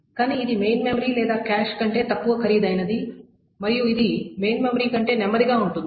కానీ ఇది main memory లేదా కాష్ కంటే తక్కువ ఖరీదైనది మరియు ఇది మెయిన్ మెమరీ కంటే నెమ్మదిగా ఉంటుంది